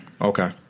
Okay